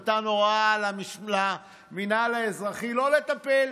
נתן הוראה למינהל האזרחי לא לטפל.